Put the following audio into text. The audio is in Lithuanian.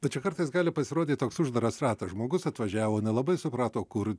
tai čia kartais gali pasirodyt toks uždaras ratas žmogus atvažiavo nelabai suprato kur